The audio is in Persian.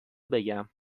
بگم